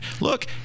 look